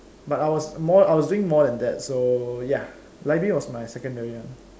but I was more doing more than that so ya library was my secondary one